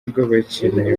rw’abakinnyi